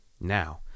Now